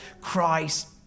Christ